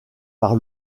par